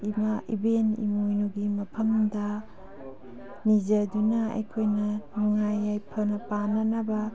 ꯏꯃꯥ ꯏꯕꯦꯟ ꯏꯃꯣꯏꯅꯨꯒꯤ ꯃꯐꯃꯗ ꯅꯤꯖꯗꯨꯅ ꯑꯩꯈꯣꯏꯅ ꯅꯨꯡꯉꯥꯏ ꯌꯥꯏꯐꯅ ꯄꯥꯟꯅꯅꯕ